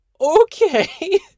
Okay